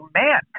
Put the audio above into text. man